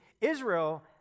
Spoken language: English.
Israel